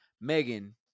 Megan